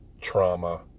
trauma